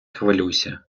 хвилюйся